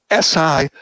SI